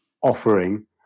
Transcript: offering